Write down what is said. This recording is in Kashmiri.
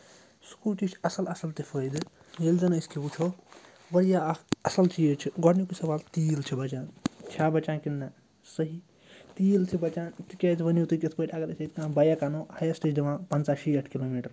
سٕکوٗٹی چھِ اَصٕل اَصٕل تہِ فٲیدٕ ییٚلہِ زَن أسۍ کہِ وٕچھو واریاہ اکھ اَصٕل چیٖز چھِ گۄڈٕنیُکُے سَوال تیٖل چھِ بَچان چھےٚ بَچان کِنہٕ نہ صحیح تیٖل چھِ بَچان تِکیٛازِ ؤنِو تُہۍ کِتھ پٲٹھۍ اگر أسۍ ییٚتہِ کانٛہہ بایِک اَنو ہَیَسٹ چھِ دِوان پنٛژاہ شیٹھ کِلوٗ میٖٹَر